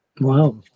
Wow